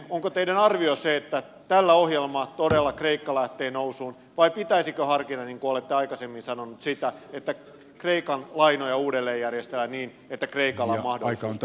onko teidän arvionne se että tällä ohjelmalla todella kreikka lähtee nousuun vai pitäisikö harkita niin kuin olette aikaisemmin sanonut sitä että kreikan lainoja uudelleenjärjestellään niin että kreikalla on mahdollisuus nousuun